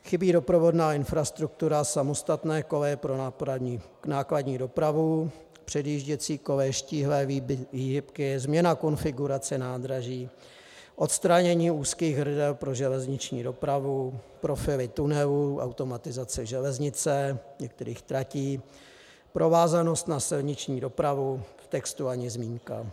Chybí doprovodná infrastruktura, samostatné koleje pro nákladní dopravu, předjížděcí koleje, štíhlé výhybky, změna konfigurace nádraží, odstranění úzkých hrdel pro železniční dopravu, profily tunelů, automatizace železnice některých tratí, provázanost na silniční dopravu v textu ani zmínka.